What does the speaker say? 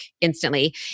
Instantly